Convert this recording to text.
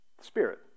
Spirit